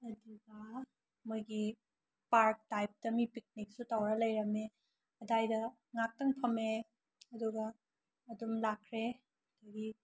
ꯑꯗꯨꯒ ꯃꯣꯏꯒꯤ ꯄꯥꯔꯛ ꯇꯥꯏꯄꯇꯥ ꯃꯤ ꯄꯤꯛꯅꯤꯛꯁꯨ ꯇꯧꯔꯒ ꯂꯩꯔꯝꯃꯦ ꯑꯗꯨꯋꯥꯏꯗ ꯉꯥꯏꯍꯥꯛꯇꯪ ꯐꯝꯃꯛꯑꯦ ꯑꯗꯨꯒ ꯑꯗꯨꯝ ꯂꯥꯛꯈ꯭ꯔꯦ ꯑꯗꯨꯗꯒꯤ